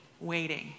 waiting